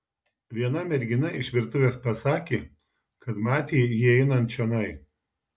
viena mergina iš virtuvės pasakė kad matė jį einant čionai